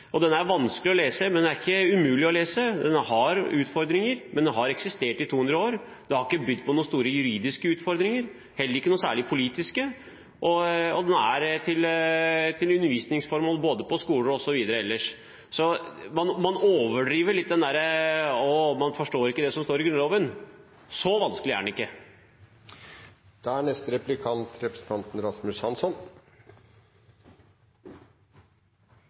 ikke umulig å lese. Den har utfordringer, men den har eksistert i 200 år. Det har ikke bydd på noen store juridiske utfordringer, heller ikke noen særlig politiske, og den brukes til undervisningsformål både på skoler osv. Så man overdriver litt dette med at man ikke forstår hva som står i Grunnloven. Så vanskelig er den ikke. Jeg synes det tjener representanten